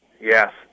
Yes